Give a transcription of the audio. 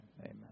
amen